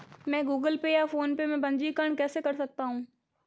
मैं Google Pay या PhonePe में पंजीकरण कैसे कर सकता हूँ?